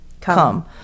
come